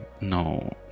no